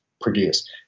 produce